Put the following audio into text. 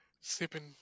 sipping